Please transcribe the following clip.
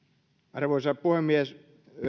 arvoisa puhemies